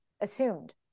assumed